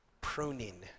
pruning